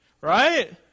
Right